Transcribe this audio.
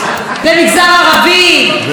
לנשים.